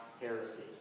heresy